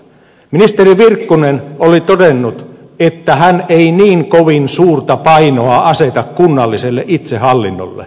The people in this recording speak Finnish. ministeri virkkunen oli todennut että hän ei niin kovin suurta painoa aseta kunnalliselle itsehallinnolle